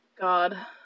god